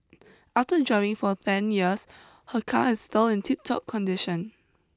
after driving for ten years her car is still in tiptop condition